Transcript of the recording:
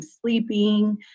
sleeping